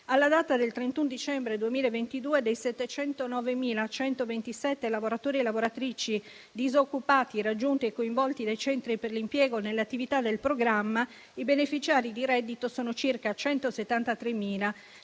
Alla data del 31 dicembre 2022, dei 709.127 lavoratori e lavoratrici disoccupati raggiunti e coinvolti dai centri per l'impiego nelle attività del programma, i beneficiari di reddito sono circa 173.000.